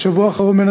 בשבוע האחרון,